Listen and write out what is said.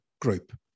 group